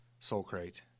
Soulcrate